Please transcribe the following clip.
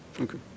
Okay